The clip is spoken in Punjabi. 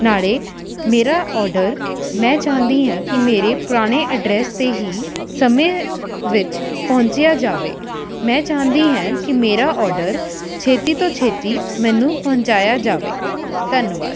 ਨਾਲੇ ਮੇਰਾ ਔਡਰ ਮੈਂ ਚਾਹੁੰਦੀ ਹਾਂ ਕਿ ਮੇਰੇ ਪੁਰਾਣੇ ਐਡਰੈੱਸ 'ਤੇ ਹੀ ਸਮੇਂ ਵਿੱਚ ਪਹੁੰਚਿਆ ਜਾਵੇ ਮੈਂ ਚਾਹੁੰਦੀ ਹਾਂ ਕਿ ਮੇਰਾ ਔਡਰ ਛੇਤੀ ਤੋਂ ਛੇਤੀ ਮੈਨੂੰ ਪਹੁੰਚਾਇਆ ਜਾਵੇ ਧੰਨਵਾਦ